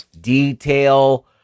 Detail